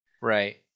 Right